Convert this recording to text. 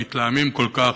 המתלהמים כל כך,